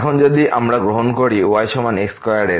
এখন যদি আমরা গ্রহণ করি y সমান x স্কয়ার এর